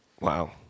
Wow